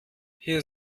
hier